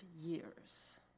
years